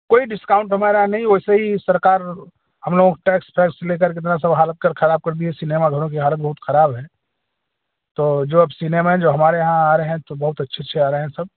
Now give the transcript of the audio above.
कोई डिस्काउंट हमारा नहीं वैसे ही सरकार हम लोग टैक्स फैक्स ले कर के इतना सब हालत कर ख़राब कर दिए सिनेमाघरों की हालत बहुत ख़राब है तो जो अब सिनेमा है जो हमारे यहाँ आ रहे हैं तो बहुत अच्छे अच्छे आ रहे हैं सब